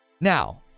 Now